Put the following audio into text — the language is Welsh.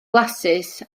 flasus